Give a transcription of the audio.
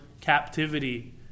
captivity